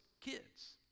kids